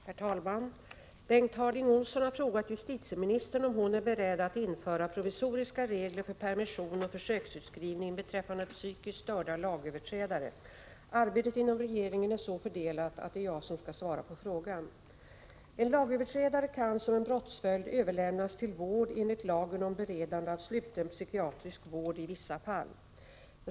Herr talman! Bengt Harding Olson har frågat justitieministern om hon är beredd att införa provisoriska regler för permission och försöksutskrivning beträffande psykiskt störda lagöverträdare. Arbetet inom regeringen är så fördelat att det är jag som skall svara på frågan. En lagöverträdare kan som en brottspåföljd överlämnas till vård enligt lagen om beredande av sluten psykiatrisk vård i vissa fall.